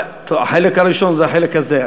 החלק הראשון זה החלק הזה.